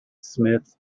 smith